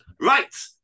Right